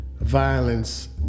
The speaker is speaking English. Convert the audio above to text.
violence